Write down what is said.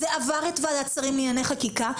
זה עבר את ועדת השרים לענייני חקיקה.